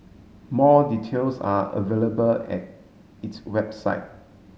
more details are available at its website